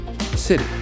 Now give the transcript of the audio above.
City